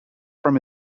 from